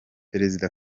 perezida